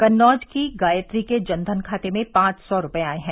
कन्नौज की गायत्री के जनधन खाते में पांच सौ रूपये आए हैं